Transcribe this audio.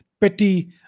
petty